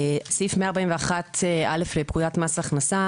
סעיף 141א' לפקודת מס הכנסה,